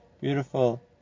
beautiful